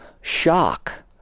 shock